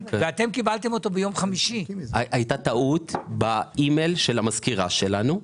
אבל הייתה טעות באי-מייל של המזכירה שלנו.